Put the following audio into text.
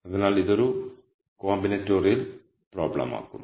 അതിനാൽ ഇതൊരു കോമ്പിനേറ്റോറിയൽ പ്രോബ്ളമാക്കുന്നു